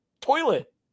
toilet